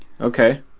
Okay